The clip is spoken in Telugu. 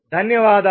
ధన్యవాదాలు